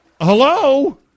Hello